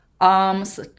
arms